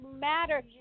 matter